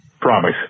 promise